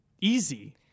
easy